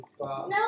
No